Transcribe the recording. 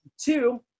two